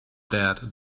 that